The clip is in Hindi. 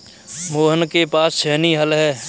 मोहन के पास छेनी हल है